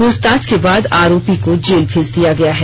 पूछताछ के बाद आरोपी को जेल मेज दिया गया है